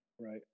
Right